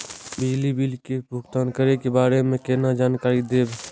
बिजली बिल के भुगतान करै के बारे में केना जानकारी देब?